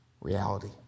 reality